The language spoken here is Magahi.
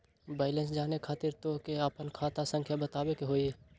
बैलेंस जाने खातिर तोह के आपन खाता संख्या बतावे के होइ?